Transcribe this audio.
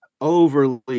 overly